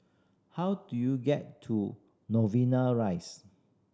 how do you get to Novena Rise